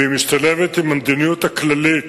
והיא משתלבת במדיניות הכללית